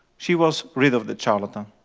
she was rid of the charlatan.